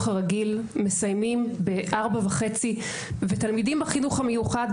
הרגיל מסיימים ב-16:30 ותלמידים בחינוך המיוחד,